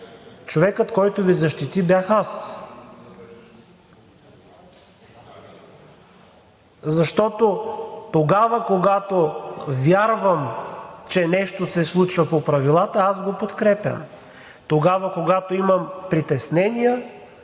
човекът, който Ви защити, бях аз. Защото, когато вярвам, че нещо се случва по правилата, аз го подкрепям. Тогава, когато имам притеснения,